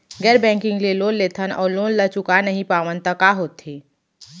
गैर बैंकिंग ले लोन लेथन अऊ लोन ल चुका नहीं पावन त का होथे?